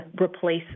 replace